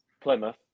Plymouth